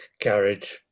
garage